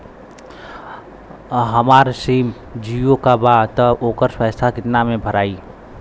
हमार सिम जीओ का बा त ओकर पैसा कितना मे भराई?